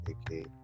okay